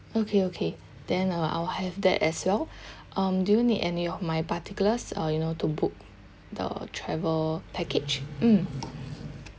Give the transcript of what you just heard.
okay okay then uh I will have that as well um do you need any of my particulars uh you know to book the travel package mm